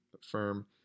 firm